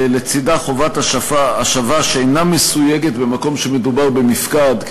ולצדה חובת השבה שאינה מסויגת במקום שמדובר במפקד,